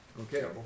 okay